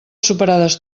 superades